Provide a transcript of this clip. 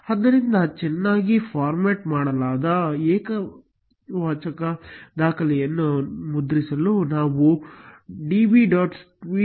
ಆದ್ದರಿಂದ ಚೆನ್ನಾಗಿ ಫಾರ್ಮ್ಯಾಟ್ ಮಾಡಲಾದ ಏಕವಚನ ದಾಖಲೆಯನ್ನು ಮುದ್ರಿಸಲು ನಾವು db